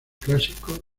clásico